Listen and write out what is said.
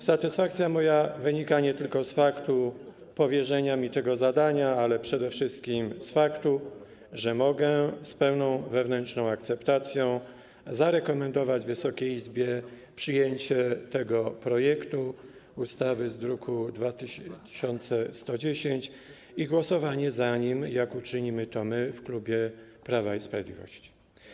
Satysfakcja moja wynika nie tylko z faktu powierzenia mi tego zadania, ale także przede wszystkim z faktu, że mogę z pełną wewnętrzną akceptacją zarekomendować Wysokiej Izbie przyjęcie projektu ustawy z druku nr 2110, głosowanie za nim, jak uczynimy to my w klubie Prawa i Sprawiedliwości.